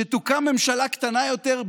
שתוקם ממשלה קטנה יותר,